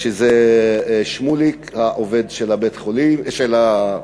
שזה שמוליק, העובד של בית-החולים, בית-חולים.